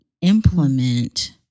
implement